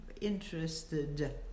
interested